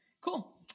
Cool